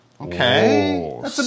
Okay